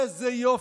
איזה יופי.